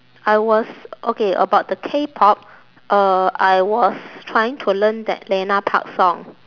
I was okay about the Kpop uh I was trying to learn that lena park song